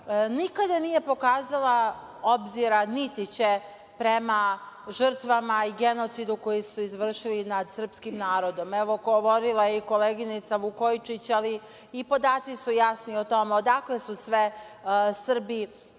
nikada nije pokazala obzira, niti će, prema žrtvama i genocidu koji su izvršili nad srpskim narodom. Evo, govorila je i koleginica Vukojičić, i podaci su jasni o tome, odakle su sve Srbi dovlačeni,